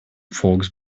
folks